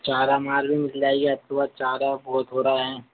चारा फिर वह चारा बहुत हो रहे हैं